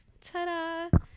ta-da